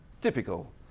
typical